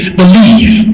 believe